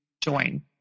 join